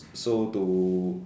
so to